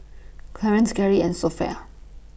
Clarnce Garry and Sofia